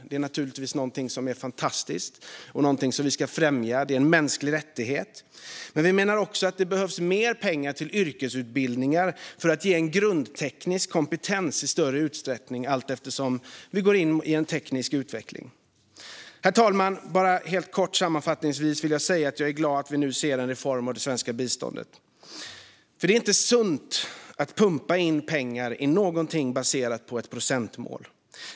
Det är naturligtvis någonting som är fantastiskt och någonting som vi ska främja. Det är en mänsklig rättighet. Men vi menar också att det behövs mer pengar till yrkesutbildningar för att ge en grundteknisk kompetens i större utsträckning allteftersom vi går in i en teknisk utveckling. Herr talman! Jag vill helt kort sammanfattningsvis säga att jag är glad att vi nu ser en reform av det svenska biståndet. Det är inte sunt att pumpa in pengar i någonting baserat på ett procentmål.